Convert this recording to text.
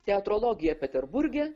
teatrologiją peterburge